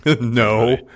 No